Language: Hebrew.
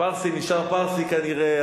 פרסי נשאר פרסי, כנראה.